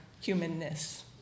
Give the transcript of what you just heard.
humanness